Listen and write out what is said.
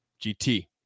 gt